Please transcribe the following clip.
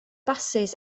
basys